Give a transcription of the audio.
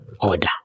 order